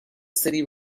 city